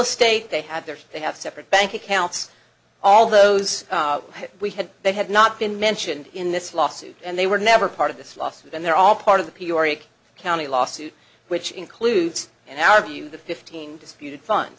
estate they had theirs they have separate bank accounts all those we had they had not been mentioned in this lawsuit and they were never part of this lawsuit and they're all part of the county lawsuit which includes in our view the fifteen disputed fun